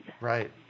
right